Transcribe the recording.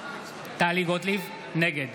נגד